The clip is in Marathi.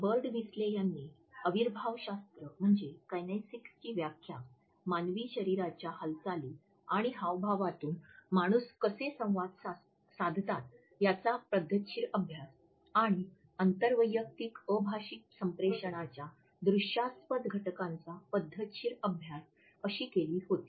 बर्डव्हिस्टेल यांनी अविर्भावशास्त्र म्हणजे किनेसिक्सची व्याख्या मानवी शरीराच्या हालचाली आणि हावभावातून माणुस कसे संवाद साधतात याचा पद्धतशीर अभ्यास आणि "आंतरवैयक्तिक अभाषिक संप्रेषणाच्या दृष्यास्पद घटकांचा पद्धतशीर अभ्यास" अशी केली होती